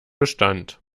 bestand